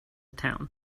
town